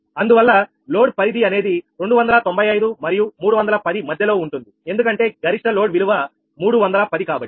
అందువల్ల లోడ్ పరిధి అనేది 295 మరియు 310 మధ్యలో ఉంటుంది ఎందుకంటే గరిష్ట లోడ్ విలువ 310 కాబట్టి